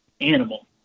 animal